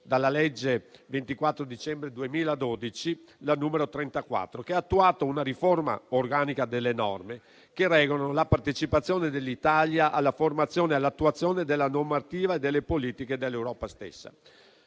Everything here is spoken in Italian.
dalla legge 24 dicembre 2012, n. 34, che ha attuato una riforma organica delle norme che regolano la partecipazione dell'Italia alla formazione e all'attuazione della normativa e delle politiche dell'Europa stessa.